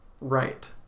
right